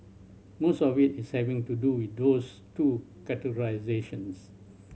most of it is having to do with those two categorisations